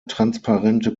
transparente